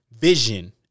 vision